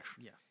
Yes